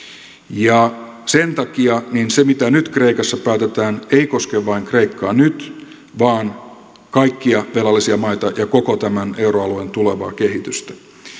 ja sen takia se mitä nyt kreikassa päätetään ei koske vain kreikkaa nyt vaan kaikkia velallisia maita ja koko tämän euroalueen tulevaa kehitystä